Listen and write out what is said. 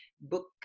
book